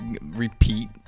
repeat